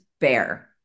bear